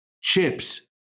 chips